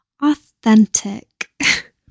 authentic